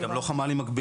זה גם לא חמ"לים מקבילים.